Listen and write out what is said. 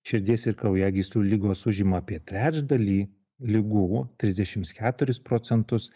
širdies ir kraujagyslių ligos užima apie trečdalį ligų trisdešimt keturis procentus